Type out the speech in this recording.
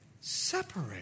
separate